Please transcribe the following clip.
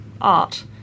art